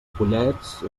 pollets